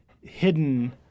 hidden